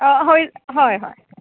आ हय हय हय